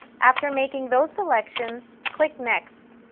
after making those selections, click next.